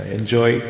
Enjoy